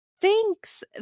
Thanks